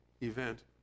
event